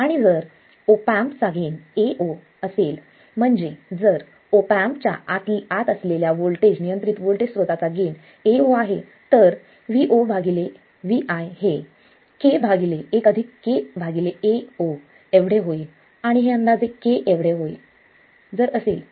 आणि जर op amp चा गेन Ao असेल म्हणजे जर ऑप एम्पच्या आत असलेल्या वोल्टेज नियंत्रीत वोल्टेज स्रोताचा गेन Ao आहे तर VoVi हे k1 k Ao एवढे होईल आणि हे अंदाजे k एवढे होईल जर असेल